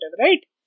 right